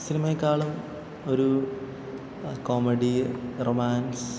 സിനിമയെക്കാളും ഒരു comedy romance